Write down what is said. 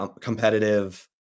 competitive